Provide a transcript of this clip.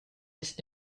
this